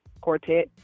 quartet